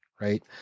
right